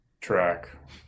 track